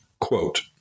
Quote